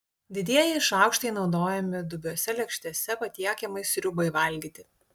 didieji šaukštai naudojami dubiose lėkštėse patiekiamai sriubai valgyti